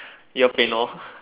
ear pain lor